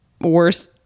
worst